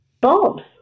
bulbs